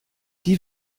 die